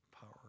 power